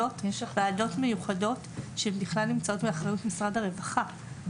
אלה ועדות מיוחדות שבכלל נמצאות באחריות משרד הרווחה.